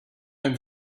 and